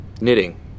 knitting